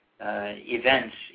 events